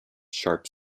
sharp